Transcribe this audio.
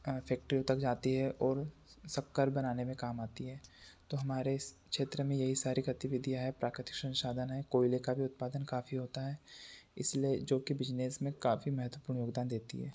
फैक्टरियों जाती हैं और शक्कर बनाने में काम आती है तो हमारे क्षेत्र में यही सारी गतिविधियाँ हैं प्राकृतिक संसाधन है कोयले का भी उत्पादन काफी होता है इसलिए जो कि बिजनेस में काफ़ी महत्वपूर्ण योगदान देती है